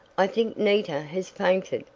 i think nita has fainted,